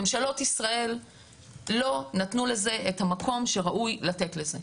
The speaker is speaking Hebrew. ממשלות ישראל לא נתנו לזה את המקום שראוי לתת לזה.